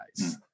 guys